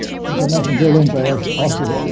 since i mentioned bill lynch, i ah should also,